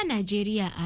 Nigeria